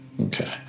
Okay